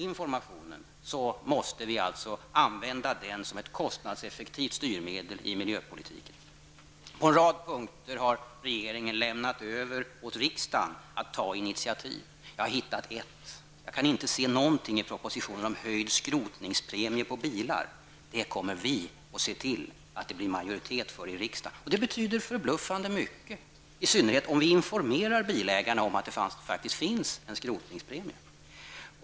Vi måste alltså använda information som ett kostnadseffektivt styrmedel i miljöpolitiken. På en rad punkter har regeringen lämnat över åt riksdagen att ta initiativ. Jag har hittat en sak. Jag kan inte se någonting i propositionen om höjd skrotningspremie på bilar. Vi kommer att se till att det blir majoritet för det i riksdagen. Det betyder förbluffande mycket, i synnerhet om vi informerar bilägarna om att det faktiskt finns en skrotningspremie.